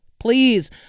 Please